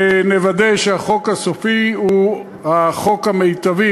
נוודא שהחוק הסופי הוא החוק המיטבי,